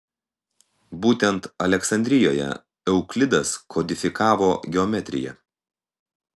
būtent aleksandrijoje euklidas kodifikavo geometriją